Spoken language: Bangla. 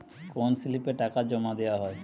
কোন স্লিপে টাকা জমাদেওয়া হয়?